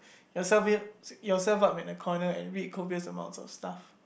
yourself yourself up at a corner and read copious of stuff